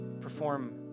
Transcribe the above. Perform